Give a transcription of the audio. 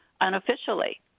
unofficially